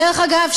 דרך אגב,